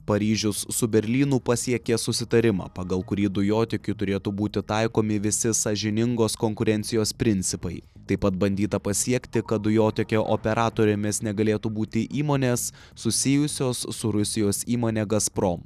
paryžius su berlynu pasiekė susitarimą pagal kurį dujotiekiu turėtų būti taikomi visi sąžiningos konkurencijos principai taip pat bandyta pasiekti kad dujotiekio operatorėmis negalėtų būti įmonės susijusios su rusijos įmone gazprom